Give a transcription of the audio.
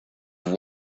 have